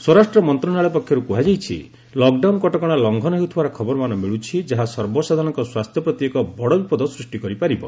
ସ୍ୱରାଷ୍ଟ୍ର ମନ୍ତ୍ରଣାଳୟ ପକ୍ଷରୁ କୁହାଯାଇଛି ଲକ୍ଡାଉନ କଟକଣା ଲଂଘନ ହେଉଥିବାର ଖବର ମାନ ମିଳୁଛି ଯାହା ସର୍ବସାଧାରଣଙ୍କ ସ୍ୱାସ୍ଥ୍ୟ ପ୍ରତି ଏକ ବଡ଼ ବିପଦ ସୃଷ୍ଟି କରିପାରିବ